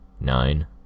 Nine